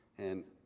and